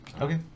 Okay